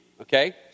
okay